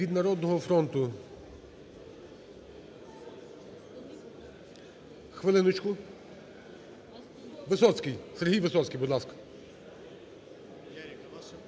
Від "Народного фронту" – хвилиночку – Висоцький. Сергій Висоцький, будь ласка.